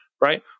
right